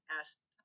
asked